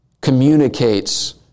communicates